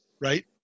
right